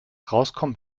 rauskommt